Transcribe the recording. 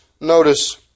notice